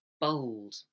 bold